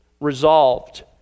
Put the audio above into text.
Resolved